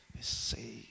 say